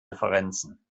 differenzen